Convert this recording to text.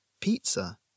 pizza